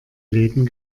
läden